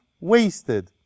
wasted